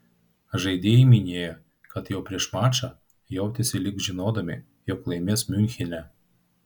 žaidėjai minėjo kad jau prieš mačą jautėsi lyg žinodami jog laimės miunchene